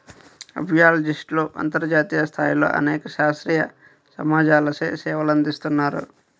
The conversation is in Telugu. అపియాలజిస్ట్లు అంతర్జాతీయ స్థాయిలో అనేక శాస్త్రీయ సమాజాలచే సేవలందిస్తున్నారు